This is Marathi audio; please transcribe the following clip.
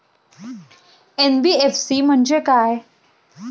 एन.बी.एफ.सी म्हणजे काय?